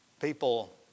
People